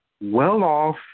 well-off